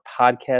podcast